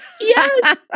Yes